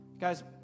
guys